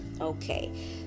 Okay